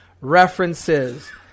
references